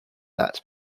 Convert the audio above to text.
that